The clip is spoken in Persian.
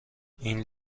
این